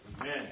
Amen